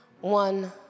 one